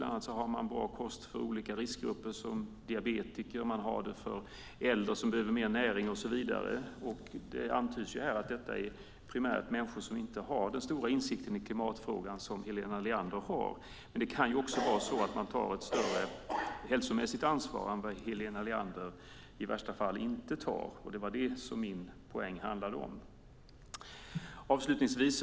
Det finns bra kost för olika riskgrupper, till exempel diabetiker eller äldre som behöver mer näring. Det antyds här att det är fråga om människor som primärt inte har den stora insikten i klimatfrågan som Helena Leander har. Det kan också vara så att man tar ett större hälsomässigt ansvar än vad Helena Leander i värsta fall inte tar. Det var min poäng.